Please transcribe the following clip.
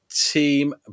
team